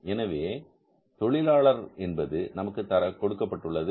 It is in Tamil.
எனவே தொழிலாளர் என்பது நமக்கு கொடுக்கப்பட்டுள்ளது